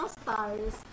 stars